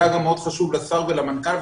זה מאוד חשוב לשר ולמנכ"ל,